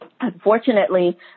unfortunately